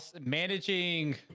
managing